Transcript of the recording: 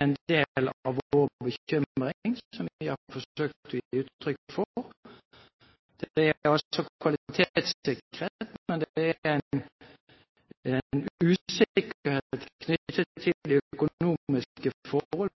en del av vår bekymring, noe vi har forsøkt å gi uttrykk for. Det er altså kvalitetssikret, men det er en usikkerhet knyttet til de økonomiske forhold